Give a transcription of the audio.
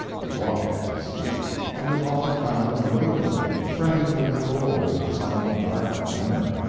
he walked in his sleep and was often found in the middle of the night, fretting with the cold, in some dark corner.